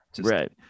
right